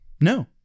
no